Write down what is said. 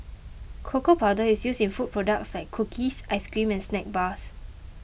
cocoa powder is used in food products like cookies ice cream and snack bars